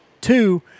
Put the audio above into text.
Two